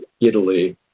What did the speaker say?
Italy